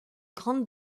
grande